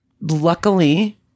Luckily